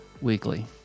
weekly